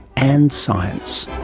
and science.